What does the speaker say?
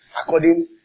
according